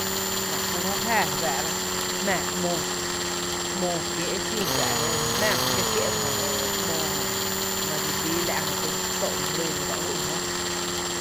La kú jö jáaá jmⱥⱥ ‘móó, ‘móó kiéé’ xí fá’ jé jmⱥⱥ my ‘ñó kié’ ba jö mý ‘móó jö mare dxi líí la’ jötu tó’ mý jlíí jö dse uï’ jóoó.